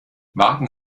warten